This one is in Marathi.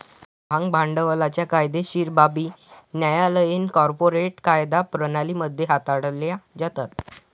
भाग भांडवलाच्या कायदेशीर बाबी न्यायालयीन कॉर्पोरेट कायदा प्रणाली मध्ये हाताळल्या जातात